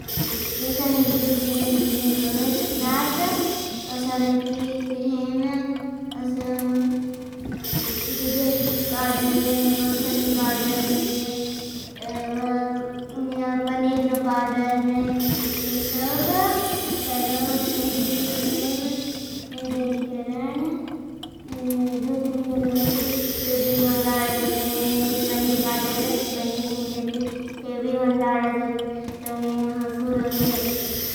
दोस्ता निर्जडी करें भुज़न होगे। तो साथ उसरो की तरहें मैं उसरो दुदेन पाउडर नहीं। मकहन नु पाउडर नहीं, पनीर नु पाउडर। नहीं ये सब उसरो हे की तरहें मैं निर्जडी करें दुद नहीं रहे थी। दुद भी घुंदाला जग रहे नहीं, ये पनीर। पाउडर रहती, पनीर नहीं रहती। जो भी घुंदाला जग रहे नहीं, उसरो हे।